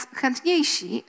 chętniejsi